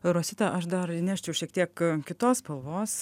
rosita aš dar įneščiau šiek tiek kitos spalvos